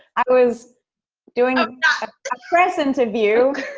i was doing a press interview.